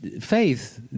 faith